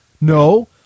No